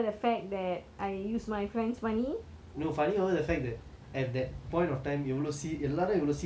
no funny over the fact that at that point of time you எல்லாரும் எவ்ளோ:ellaarum evlo serious ah இருக்காங்க நான் மட்டும் அப்படி:irukanga naan mattum appadi joke அடிக்கிறேன்:adikkiraen